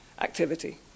activity